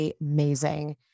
amazing